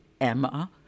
Emma